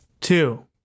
Two